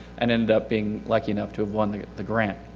and end up being like, enough to have won the gran.